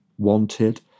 wanted